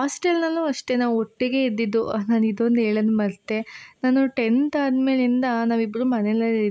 ಆಸ್ಟೆಲ್ನಲ್ಲೂ ಅಷ್ಟೇ ನಾವು ಒಟ್ಟಿಗೇ ಇದ್ದಿದ್ದು ನಾನು ಇದೊಂದು ಹೇಳದ್ ಮರೆತೆ ನಾನು ಟೆಂತ್ ಆದ ಮೇಲಿಂದ ನಾವಿಬ್ರೂ ಮನೆನಲ್ಲಿ ಇರಲಿಲ್ಲ